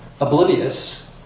oblivious